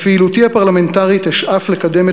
בפעילותי הפרלמנטרית אשאף לקדם את